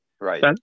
Right